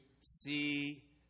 see